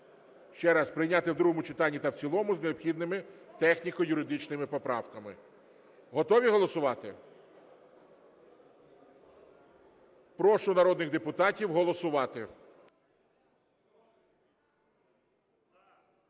Ще раз, прийняти в другому читанні та в цілому з необхідними техніко-юридичними поправками. Готові голосувати? Прошу народних депутатів голосувати.